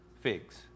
figs